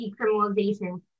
decriminalization